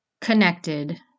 connected